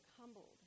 humbled